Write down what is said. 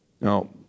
Now